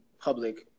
public